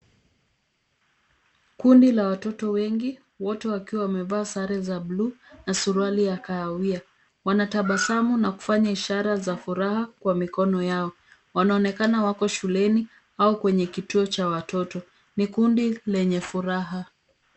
Kundi la watoto wengi wote wakiwa wamevaa sare za bluu na suruali ya kahawia. Wanatabasamu na kufanya ishara za furaha kwa mikono yao. Wanaonekana wako shuleni au kwenye kituo cha watoto. Ni kundi lenye furaha.